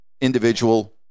individual